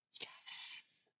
yes